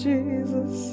Jesus